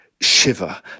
shiver